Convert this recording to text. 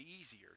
easier